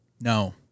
No